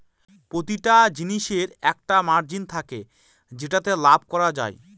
প্রতিটা জিনিসের একটা মার্জিন থাকে যেটাতে লাভ করা যায়